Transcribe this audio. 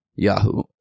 Yahoo